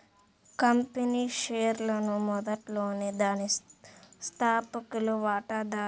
company షేర్లను మొదట్లోనే దాని స్థాపకులు వాటాదారుల మధ్య పంపిణీ చేస్తారు